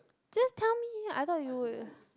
just tell me I thought you would